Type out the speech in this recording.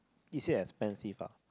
is it expensive ah